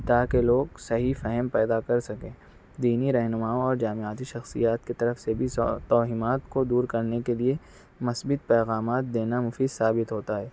تاکہ لوگ صحیح فہم پیدا کر سکیں دینی رہنماؤں اور جامعاتی شخصیات کی طرف سے بھی سو توہمات کو دور کرنے کے لئے مثبت پیغامات دینا مفید ثابت ہوتا ہے